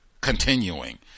continuing